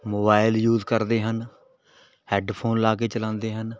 mobile use ਕਰਦੇ ਹਨ headphone ਲਾ ਕੇ ਚਲਾਉਂਦੇ ਹਨ